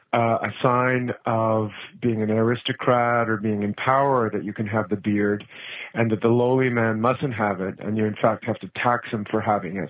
a sign of being an an aristocrat or being in power that you can have the beard and that the lowly men mustn't have it, and you in fact have to tax them for having it.